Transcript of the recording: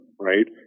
Right